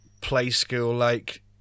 play-school-like